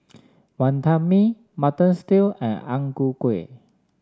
Wonton Mee Mutton Stew and Ang Ku Kueh